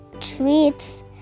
treats